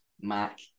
Mac